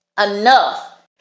Enough